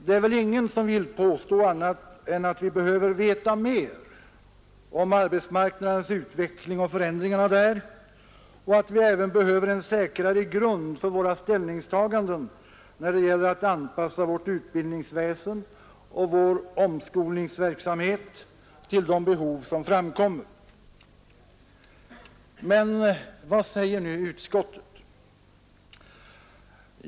Det är väl ingen som vill påstå annat än att vi behöver veta mer om arbetsmarknadens utveckling och förändringarna där och att vi även behöver en säkrare grund för våra ställningstaganden när det gäller att anpassa vårt utbildningsväsende och vår omskolningsverksamhet till de behov som framkommer. Men vad säger nu utskottet?